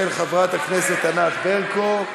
של חברת הכנסת ענת ברקו.